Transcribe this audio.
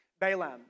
Balaam